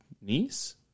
niece